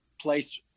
place